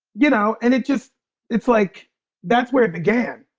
you know, and it just it's like that's where it began.